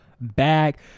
back